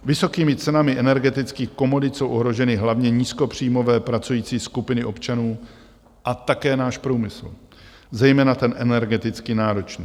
Vysokými cenami energetických komodit jsou ohroženy hlavně nízkopříjmové pracující skupiny občanů a také náš průmysl, zejména ten energeticky náročný.